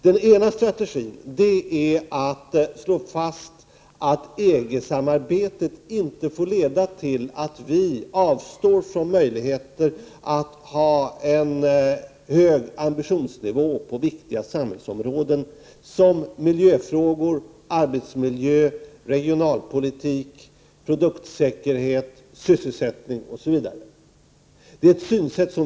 Den ena strategin är att slå fast att EG-samarbetet inte får leda till att vi avstår från möjligheter att ha en hög ambitionsnivå när det gäller sådana viktiga samhällsområden som miljöfrågor, arbetsmiljöfrågor, regionalpolitik, produktsäkerhet, sysselsättning osv.